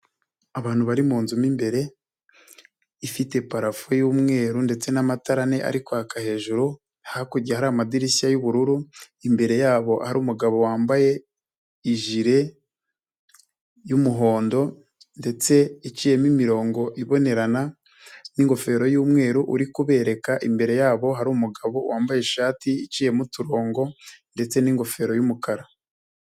Abantu bari munzu mo imbere ifite parafo y'umweru ndetse n'amatara ane ari kwaka hejuru, hakurya hari amadirishya y'ubururu, imbere yabo hari umugabo wambaye ijire y'umuhondo ndetse iciyemo imirongo ibonerana n'ingofero y'umweru uri kubereka, imbere yabo hari umugabo wambaye ishati iciyemo uturongo ndetse n'ingofero y'umukara.